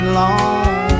long